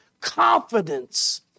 confidence